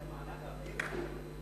זה מענק הבירה.